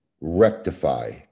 rectify